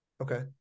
Okay